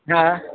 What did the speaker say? हा